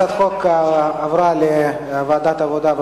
הצעת החוק עברה לוועדת העבודה,